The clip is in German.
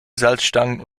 salzstangen